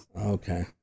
Okay